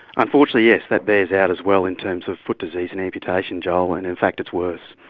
unfortunately yes, that bears out as well in terms of foot disease and amputation, joel, and in fact it's worse.